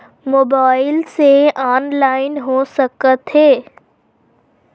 Mobile से online हो सकत हे?